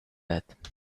that